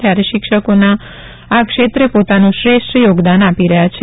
ત્યારે શિક્ષકો આ ક્ષેત્રે પોતાનું શ્રેષ્ઠ યોગદાન આપી રહ્યા છે